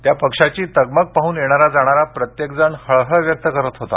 त्या पक्षाची तगमग पाहून येणारा जाणारा प्रत्येक जण हळहळ व्यक्त करत होता